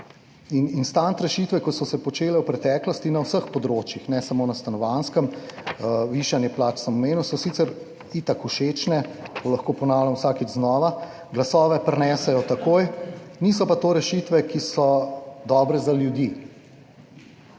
In instant rešitve, ki so se počele v preteklosti na vseh področjih, ne samo na stanovanjskem, višanje plač sem omenil, so sicer itak všečne, to lahko ponavljam vsakič znova, glasove prinesejo takoj, niso pa to rešitve, ki so dobre za ljudi.